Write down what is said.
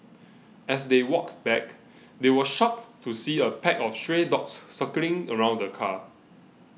as they walked back they were shocked to see a pack of stray dogs circling around the car